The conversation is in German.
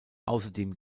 außerdem